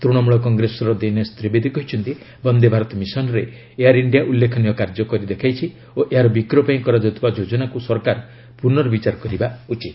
ତୃଣମୂଳ କଟ୍ରେସର ଦୀନେଶ ତ୍ରିବେଦୀ କହିଛନ୍ତି ବନ୍ଦେ ଭାରତ ମିଶନରେ ଏୟାର ଇଣ୍ଡିଆ ଉଲ୍ଲେଖନୀୟ କାର୍ଯ୍ୟ କରି ଦେଖାଇଛି ଓ ଏହାର ବିକ୍ରୟ ପାଇଁ କରାଯାଉଥିବା ଯୋଜନାକୁ ସରକାର ପୁନର୍ବଚାର କରିବା ଉଚିତ